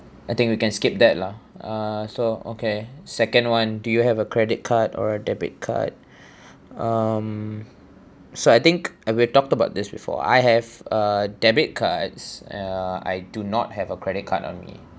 I think we can skip that lah uh so okay second [one] do you have a credit card or debit card um so I think and we talked about this before I have a debit cards uh I do not have a credit card on me